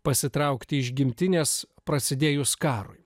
pasitraukti iš gimtinės prasidėjus karui